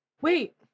Wait